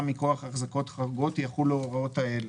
מכוח החזקות חורגות יחולו ההוראות האלה:"